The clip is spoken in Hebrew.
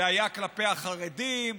זה היה כלפי החרדים,